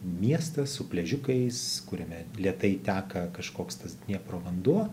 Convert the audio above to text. miestas su pliažiukais kuriame lėtai teka kažkoks tas dniepro vanduo